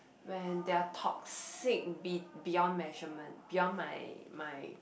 when they are toxic be~ beyond measurement beyond my my